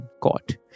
caught